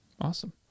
Awesome